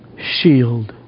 shield